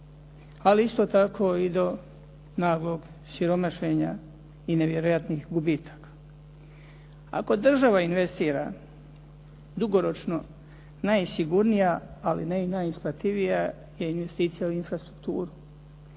ali isto tako i do naglog siromašenja i nevjerojatnih gubitaka. Ako država investira dugoročno najsigurnija, ali ne i najisplativija investicija u infrastrukturu.